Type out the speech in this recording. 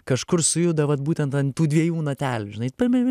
kažkur sujudo vat būtent ant tų dviejų natelių žinai pim pim pi